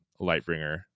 Lightbringer